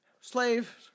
Slave